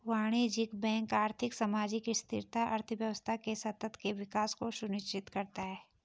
वाणिज्यिक बैंक आर्थिक, सामाजिक स्थिरता, अर्थव्यवस्था के सतत विकास को सुनिश्चित करता है